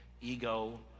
ego